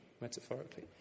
metaphorically